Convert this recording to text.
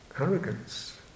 arrogance